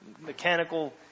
mechanical